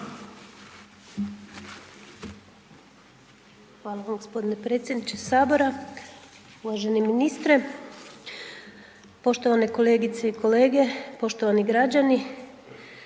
Hvala gospodine predsjedniče sabora. Uvaženi ministre, poštovane kolegice i kolege, poštovani građani,